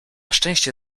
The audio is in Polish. szczęście